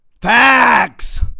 Facts